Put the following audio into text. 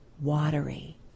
watery